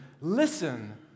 Listen